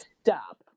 stop